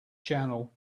channel